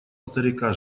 старика